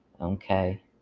Okay